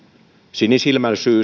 sinisilmäisesti